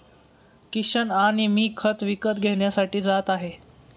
किशन आणि मी खत विकत घेण्यासाठी जात आहे